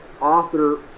author